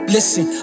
Listen